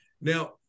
now